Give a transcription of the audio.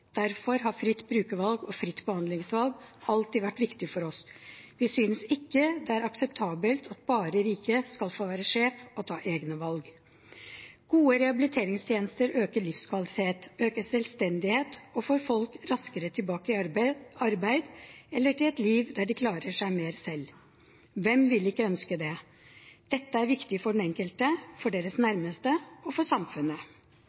Derfor har fritt brukervalg og fritt behandlingsvalg alltid vært viktig for oss. Vi synes ikke det er akseptabelt at bare rike skal få være sjef og ta egne valg. Gode rehabiliteringstjenester øker livskvaliteten, øker selvstendigheten og får folk raskere tilbake i arbeid eller til et liv der de klarer seg mer selv. Hvem ville ikke ønske det? Dette er viktig for den enkelte, for deres nærmeste og for samfunnet.